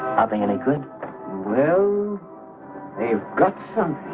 they had a good well they've got some.